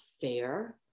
fair